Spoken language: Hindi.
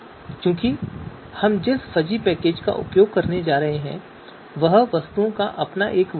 क्योंकि हम जिस फजी पैकेज का उपयोग करने जा रहे हैं वह वस्तुओं का अपना वर्ग है